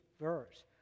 verse